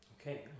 okay